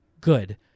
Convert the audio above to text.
good